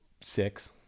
six